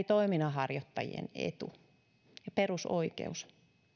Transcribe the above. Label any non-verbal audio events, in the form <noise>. <unintelligible> toiminnanharjoittajien etu ja perusoikeus